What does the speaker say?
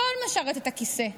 הכול משרת את הכיסא.